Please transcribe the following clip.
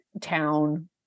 town